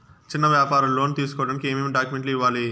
చిన్న వ్యాపారులు లోను తీసుకోడానికి ఏమేమి డాక్యుమెంట్లు ఇవ్వాలి?